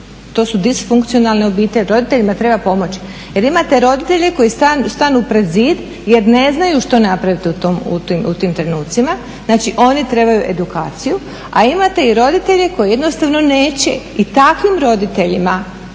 to su disfunkcionalne obitelji, roditeljima treba pomoći jer imate roditelje koji stanu pred zid jer ne znaju što napraviti u tim trenucima, znači oni trebaju edukaciju, a imate i roditelje koji jednostavno neće. I takvim roditeljima